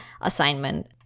assignment